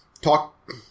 talk